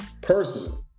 Personally